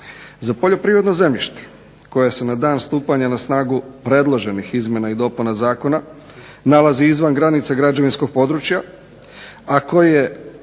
za poljoprivredno zemljište koje se na dan stupanja na snagu predloženih izmjena i dopuna zakona nalazi izvan granica građevinskog područja, a koje